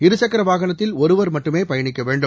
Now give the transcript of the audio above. இருசக்கர வாகனத்தில் ஒருவர் மட்டுமே பயணிக்க வேண்டும்